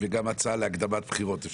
וגם הצעה להקדמת בחירות.